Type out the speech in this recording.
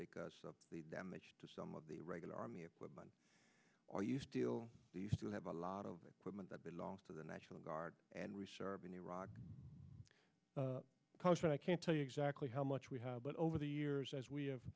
because of the damage to some of the regular army equipment or you still have a lot of equipment that belongs to the national guard and reserve in iraq because i can't tell you exactly how much we have but over the years as we have